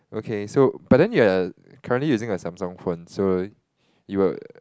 okay so but then you are currently using a Samsung phone so you